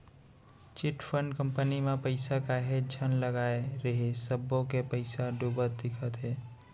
chit fund company म पइसा काहेच झन लगाय रिहिस सब्बो के पइसा डूबत दिखत हे